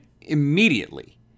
immediately